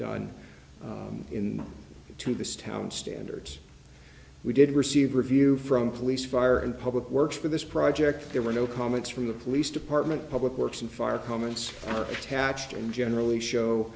done in to this town standards we did receive review from police fire and public works for this project there were no comments from the police department public works and fire comments attached and generally show